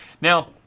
Now